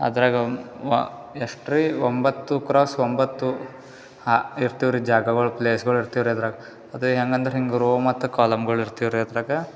ಅದರಾಗ ವ ಎಷ್ಟ್ರಿ ಒಂಬತ್ತು ಕ್ರಾಸ್ ಒಂಬತ್ತು ಹಾ ಇರ್ತಿವು ರೀ ಜಾಗಗಳು ಪ್ಲೇಸ್ಗಳು ಇರ್ತಿವು ರೀ ಅದರಾಗೆ ಅದೇ ಹೆಂಗಂದ್ರೆ ಹಿಂಗೆ ರೋ ಮತ್ತು ಕಾಲಮ್ಗಳು ಇರ್ತಿವು ರೀ ಅದರಾಗೆ